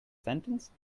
sentence